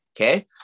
okay